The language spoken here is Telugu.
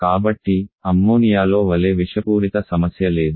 కాబట్టి అమ్మోనియాలో వలె విషపూరిత సమస్య లేదు